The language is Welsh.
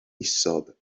isod